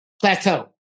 plateau